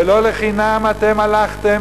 ולא לחינם אתם הלכתם,